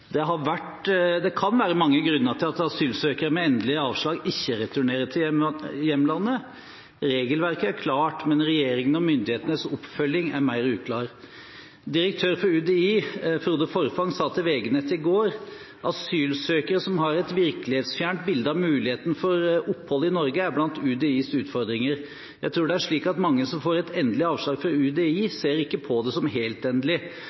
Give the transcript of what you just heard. Det kan være mange grunner til at asylsøkere med endelig avslag ikke returnerer til hjemlandet. Regelverket er klart, men regjeringens og myndighetenes oppfølging er mer uklar. Direktør for UDI, Frode Forfang, sa i forgårs til VG Nett: «Asylsøkere som har et virkelighetsfjernt bilde av muligheten for opphold i Norge er blant UDIs utfordringer.» Videre sa UDI-direktøren: «Jeg tror det er slik at mange som får et endelig avslag fra UDI ser ikke på det som helt endelig.